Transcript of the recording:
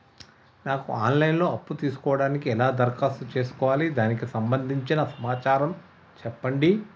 నాకు online లో అప్పు తీసుకోవడానికి ఎలా దరఖాస్తు చేసుకోవాలి దానికి సంబంధించిన సమాచారం చెప్పండి?